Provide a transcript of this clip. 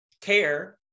care